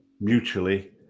mutually